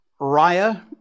Raya